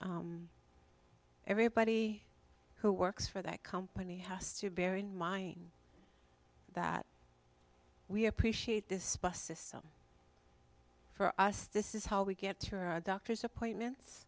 everybody who works for that company has to bear in mind that we appreciate this bus system for us this is how we get to our doctor's appointments